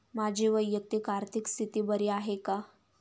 माझी वैयक्तिक आर्थिक स्थिती बरी आहे का?